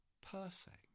Perfect